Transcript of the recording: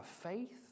faith